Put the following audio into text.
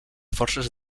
forces